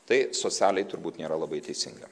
tai socialiai turbūt nėra labai teisinga